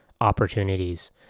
opportunities